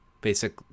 basic